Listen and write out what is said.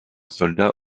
soldat